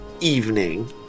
evening